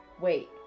wait